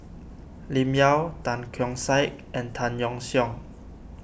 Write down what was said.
Lim Yau Tan Keong Saik and Tan Yeok Seong